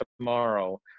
tomorrow